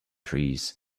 trees